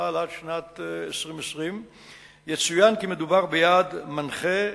החשמל עד שנת 2020. יצוין כי מדובר ביעד מנחה,